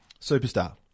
Superstar